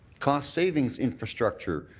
cost savings infrastructure,